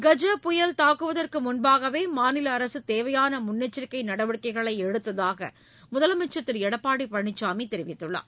கஜா புயல் தாக்குவதற்கு முன்பாகவே மாநில அரசு தேவையான முன்னெச்சரிக்கை நடவடிக்கைகளை எடுத்ததாக முதலமைச்சர் திரு எடப்பாடி பழனிசாமி தெரிவித்துள்ளார்